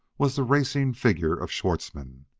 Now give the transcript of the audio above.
was the racing figure of schwartzmann.